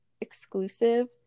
exclusive